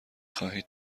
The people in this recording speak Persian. خواهید